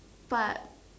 but